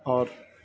اور